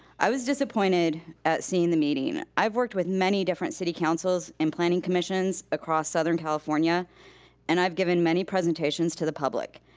i was disappointed at seeing the meeting. i've worked with many different city councils and planning commissions across southern california and i've given many presentations to the public.